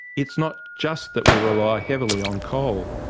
it's not just that we rely heavily on coal.